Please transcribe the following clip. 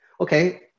Okay